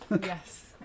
Yes